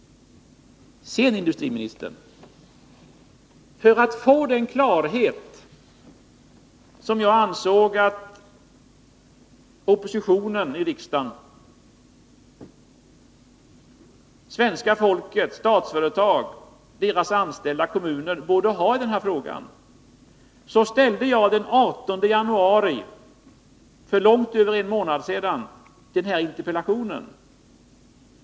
Sedan, industriministern: För att få den klarhet som jag ansåg att oppositionen i riksdagen, svenska folket, Statsföretag, dess anställda och kommunerna borde ha i den här frågan framställde jag den 18 januari, alltså för långt mer än en månad sedan, den här interpellationen.